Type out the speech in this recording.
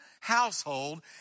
household